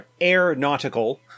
aeronautical